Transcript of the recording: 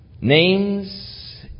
Names